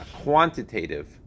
quantitative